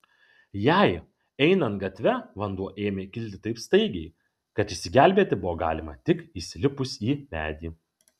jai einant gatve vanduo ėmė kilti taip staigiai kad išsigelbėti buvo galima tik įsilipus į medį